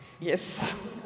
Yes